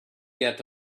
get